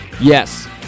Yes